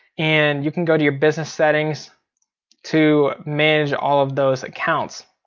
and you can go to your business settings to manage all of those accounts.